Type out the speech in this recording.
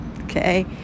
okay